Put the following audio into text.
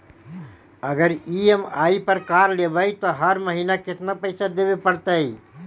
अगर ई.एम.आई पर कार लेबै त हर महिना केतना पैसा देबे पड़तै?